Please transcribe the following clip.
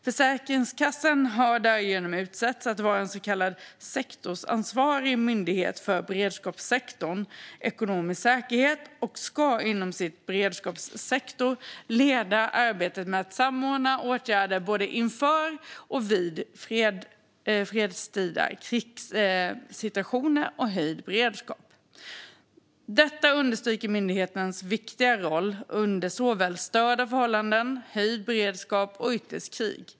Försäkringskassan har därigenom utsetts att vara så kallad sektorsansvarig myndighet för beredskapssektorn ekonomisk säkerhet och ska inom sin beredskapssektor leda arbetet med att samordna åtgärder både inför och vid fredstida krissituationer och höjd beredskap. Detta understryker myndighetens viktiga roll under störda förhållanden, höjd beredskap och ytterst krig.